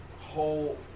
whole